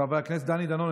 ;חבר הכנסת דני דנון,